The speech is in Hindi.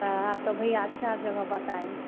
हाँ तो भैया अच्छा जगह बताएँ